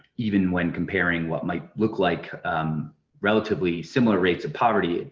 even when comparing what might look like um relatively similar rates of poverty,